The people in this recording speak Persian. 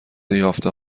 یافته